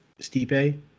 Stipe